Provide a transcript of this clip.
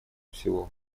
всего